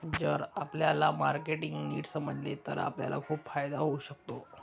जर आपल्याला मार्केटिंग नीट समजले तर आपल्याला खूप फायदा होऊ शकतो